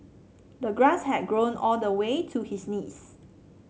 the grass had grown all the way to his knees